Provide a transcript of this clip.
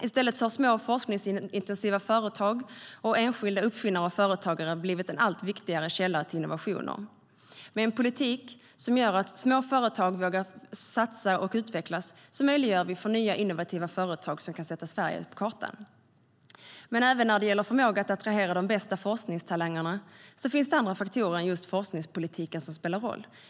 I stället har små forskningsintensiva företag samt enskilda uppfinnare och företagare blivit en allt viktigare källa till innovationer. Med en politik som gör att små företag vågar satsa och utvecklas möjliggör vi för nya innovativa företag som kan sätta Sverige på kartan. Men även när det gäller förmåga att attrahera de bästa forskningstalangerna finns det andra faktorer än just forskningspolitiken som spelar roll.